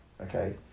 Okay